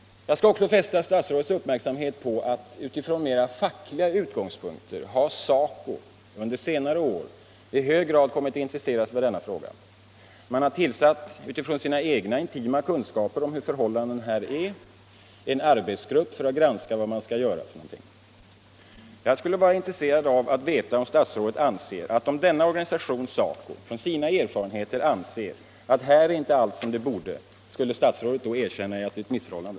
Jag vill också fästa statsrådets uppmärksamhet på att SACO SR med utgångspunkt i sina erfarenheter kommer fram till att allt här inte är som det borde, skulle statsrådet då erkänna att det är ett missförhållande?